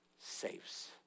saves